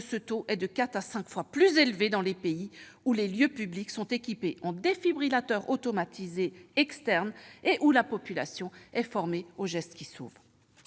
ce taux étant quatre à cinq fois plus élevé dans les pays où les lieux publics sont équipés en défibrillateurs automatisés externes et où la population est formée aux gestes qui sauvent.